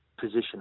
position